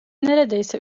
neredeyse